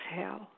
exhale